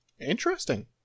Interesting